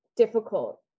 difficult